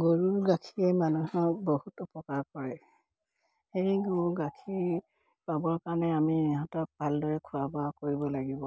গৰুৰ গাখীয়ে মানুহৰ বহুত উপকাৰ কৰে সেই গৰুৰ গাখীৰ পাবৰ কাৰণে আমি ইহঁতক ভালদৰে খোৱা বোৱা কৰিব লাগিব